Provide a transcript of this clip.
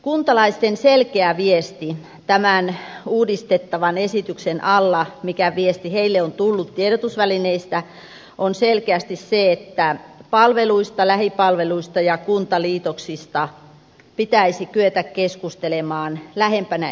kuntalaisten selkeä viesti tämän uudistusesityksen alla mistä heille on tullut viestiä tiedotusvälineistä on selkeästi se että palveluista lähipalveluista ja kuntaliitoksista pitäisi kyetä keskustelemaan lähempänä ihmistä